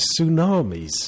tsunamis